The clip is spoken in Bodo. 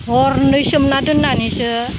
हरनै सोमना दोननानैसो